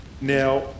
Now